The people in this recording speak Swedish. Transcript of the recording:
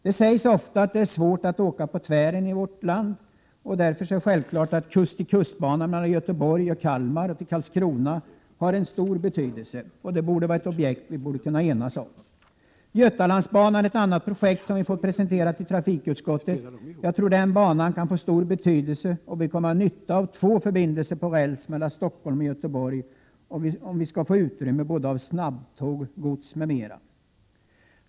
Det sägs ofta att det är svårt att åka på tvären i Sverige. Att den s.k. kust-till-kust-banan mellan Göteborg, Kalmar och Karlskrona får stor betydelse och är ett viktigt objekt borde vi därför kunna enas om. Götalandsbanan är ett annat projekt som vi fått oss presenterat i trafikutskottet. Jag tror den banan kan få stor betydelse och att vi kommer att få nytta av två förbindelser på räls mellan Stockholm och Göteborg om vi skall få utrymme för snabbtåg och gods m.m.